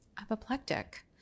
apoplectic